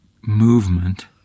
movement